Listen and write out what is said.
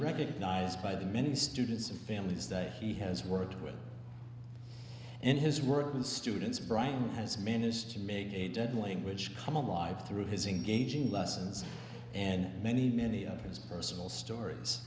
recognized by the many students and families that he has worked with in his work with students brian has managed to make a dead language come alive through his engaging lessons and many many others personal stories